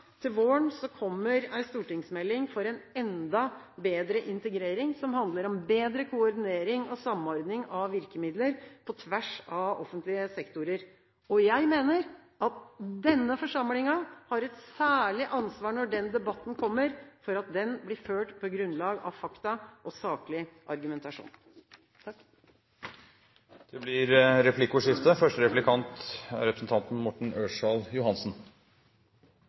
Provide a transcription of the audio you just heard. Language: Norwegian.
til våren kommer en stortingsmelding for en enda bedre integrering, som handler om bedre koordinering og samordning av virkemidler på tvers av offentlige sektorer. Jeg mener at denne forsamlingen har et særlig ansvar når den debatten kommer, for at den blir ført på grunnlag av fakta og saklig argumentasjon. Det blir replikkordskifte.